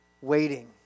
waiting